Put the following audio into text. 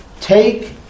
take